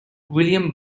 william